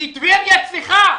כי טבריה צריכה.